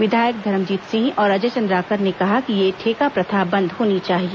विधायक धर्मजीत सिंह और अजय चंद्राकर ने कहा कि यह ठेका प्रथा बंद होनी चाहिए